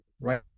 right